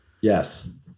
yes